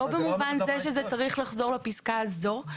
לא במובן זה שזה צריך לחזור לפסקה הזו,